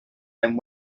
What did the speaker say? and